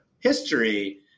history